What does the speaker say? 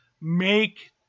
make